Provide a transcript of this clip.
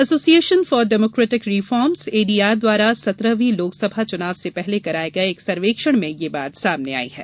association पर democratic reforms ADR द्वारा सत्रहवीं लोकसभा चुनाव से पहले कराये गए एक सर्वेक्षण में ये बात सामने आई है